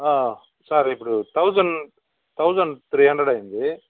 sir ఇప్పుడు thousand thousand three hundred అయ్యింది